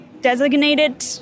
designated